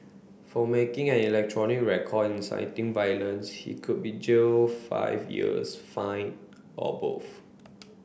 for making an electronic record inciting violence he could be jailed five years fined or both